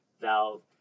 Valve